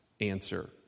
answer